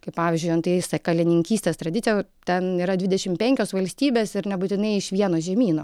kaip pavyzdžiui antai sakalininkystės tradicija ten yra dvidešimt penkios valstybės ir nebūtinai iš vieno žemyno